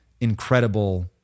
incredible